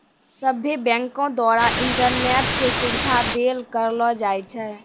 सभ्भे बैंको द्वारा इंटरनेट के सुविधा देल करलो जाय छै